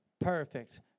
Perfect